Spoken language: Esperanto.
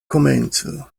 komencu